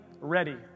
ready